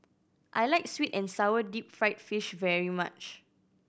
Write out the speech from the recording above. I like sweet and sour deep fried fish very much